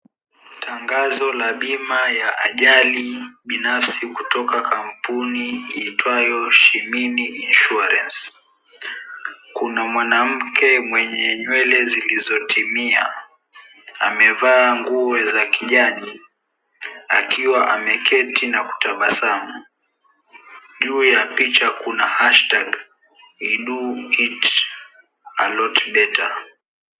Tangazo la bima ya ajali binafsi kutoka kampuni iitwayo Shimini Insurance. Kuna mwanamke mwenye nywele zilizotimia, amevaa nguo za kijani, akiwa ameketi na kutabasamu. Juu ya picha kuna #WeDoItALotBetter.